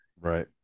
Right